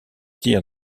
dires